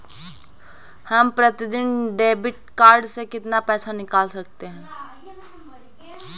हम प्रतिदिन debit card से कितना पैसा निकाल सकते हैं?